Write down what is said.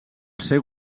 seu